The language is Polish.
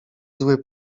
zły